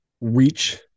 reach